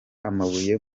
amabuye